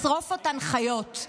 לשרוף אותן חיות,